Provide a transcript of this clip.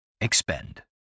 Expend